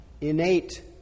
innate